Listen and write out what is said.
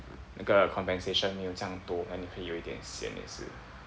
那个 compensation 没有这样多 then 你会有一点 sian 也是